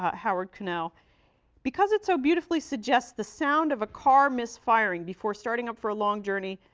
howard cunnell because it so beautifully suggests the sound of a car misfiring before starting up for a long journey,